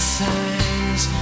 signs